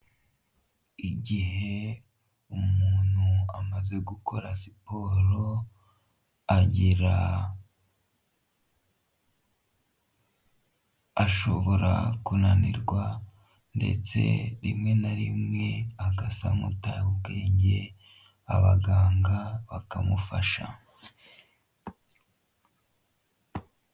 Igihe umuntu amaze gukora siporo, agera, ashobora kunanirwa ndetse rimwe na rimwe agasa nk'utaye ubwenge, abaganga bakamufasha.